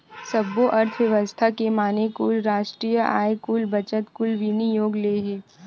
सब्बो अर्थबेवस्था के माने कुल रास्टीय आय, कुल बचत, कुल विनियोग ले हे